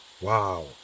Wow